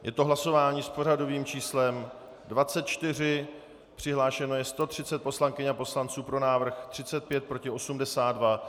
Je to hlasování s pořadovým číslem 24, přihlášeno je 130 poslankyň a poslanců, pro návrh 35, proti 82.